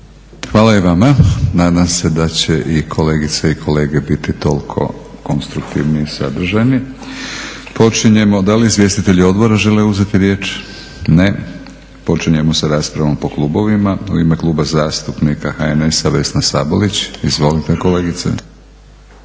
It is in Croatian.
Hvala i vama. Nadam se da će i kolegice i kolege biti toliko konstruktivni i sadržajni. Da li izvjestitelji Odbora žele uzeti riječ? Ne. Počinjemo sa raspravom po klubovima. U ime Kluba zastupnika HNS-a Vesna Sabolić. Izvolite kolegice.